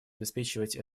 обеспечивать